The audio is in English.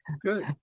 good